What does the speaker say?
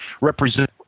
represent